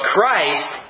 Christ